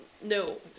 No